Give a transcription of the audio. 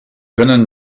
können